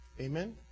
Amen